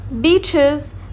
beaches